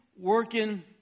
working